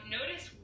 Notice